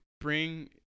bring